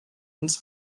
ins